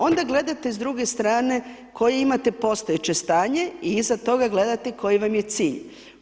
Onda gledate s druge strane koje imate postojeće stanje i iza toga gledate koji vam je cilj.